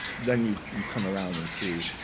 then you you come around and see.